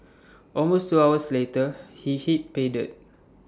almost two hours later he hit pay dirt